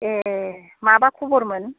ए माबा खबरमोन